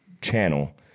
channel